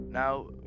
Now